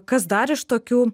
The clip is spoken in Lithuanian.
kas dar iš tokių